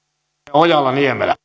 arvoisa